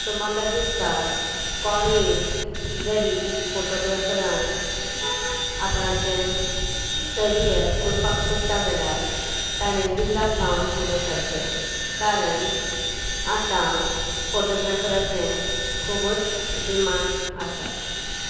so म्हाका दिसता कोणूय जरी फोटोग्रॅफरांत आपणाचें करियर कोरपाक सोदता जाल्यार ताणें बिंदास जावन फुडें सरचें कारण आतां फोटोग्रॅफराचें खुबूच डिमांड आसा